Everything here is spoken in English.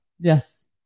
Yes